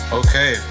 okay